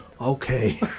Okay